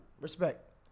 Respect